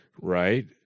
right